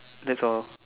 that's all